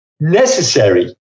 necessary